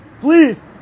Please